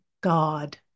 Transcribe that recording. God